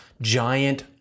giant